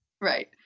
Right